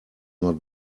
not